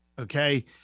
okay